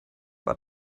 war